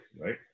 right